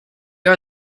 are